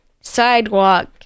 sidewalk